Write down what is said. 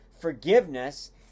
forgiveness